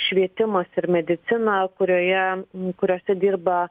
švietimas ir medicina kurioje kuriose dirba